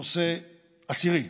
נושא עשירי,